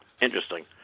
Interesting